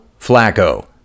Flacco